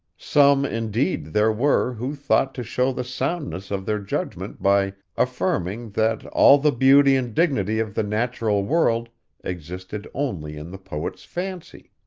some, indeed, there were, who thought to show the soundness of their judgment by affirming that all the beauty and dignity of the natural world existed only in the poet's fancy.